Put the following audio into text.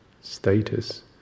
status